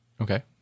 Okay